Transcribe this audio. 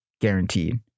guaranteed